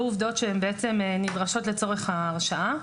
עובדות שהן בעצם נדרשות לצורך ההרשעה.